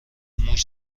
موش